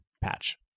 patch